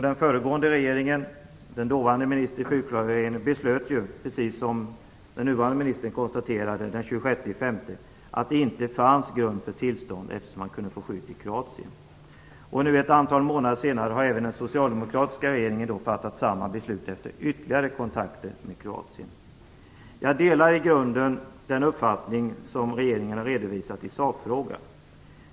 Den föregående regeringen och den dåvarande ansvarige ministern i fyrklöverregeringen beslöt den 26 maj, precis som den nuvarande ministern konstaterade, att det inte fanns grund för tillstånd, eftersom de kunde få skydd i Kroatien. Nu ett antal månader senare har även den socialdemokratiska regeringen fattat samma beslut efter ytterligare kontakter med Kroatien. Jag delar i grunden den uppfattning som regeringen har redovisat i sakfrågan.